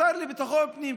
השר לביטחון פנים,